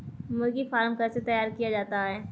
मुर्गी फार्म कैसे तैयार किया जाता है?